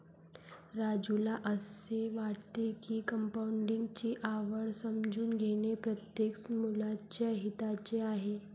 राजूला असे वाटते की कंपाऊंडिंग ची आवड समजून घेणे प्रत्येक मुलाच्या हिताचे आहे